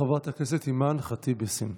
חברת הכנסת אימאן ח'טיב יאסין.